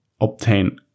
obtain